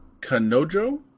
Kanojo